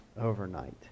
overnight